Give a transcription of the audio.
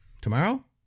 tomorrow